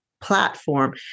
platform